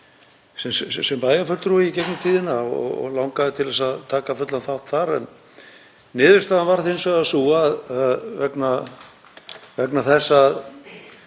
sem bæjarfulltrúi í gegnum tíðina og langaði til að taka fullan þátt þar. Niðurstaðan varð hins vegar sú að vegna þess að